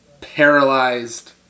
paralyzed